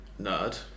nerd